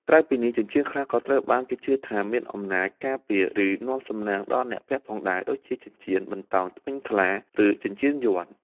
ក្រៅពីនេះ ចិញ្ចៀនខ្លះក៏ត្រូវបានគេជឿថាមានអំណាច ការពារ ឬនាំសំណាង ដល់អ្នកពាក់ផងដែរ ដូចជាចិញ្ចៀនបន្តោងធ្មេញខ្លា ឬចិញ្ចៀនយ័ន្ត។